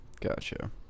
Gotcha